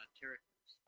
characters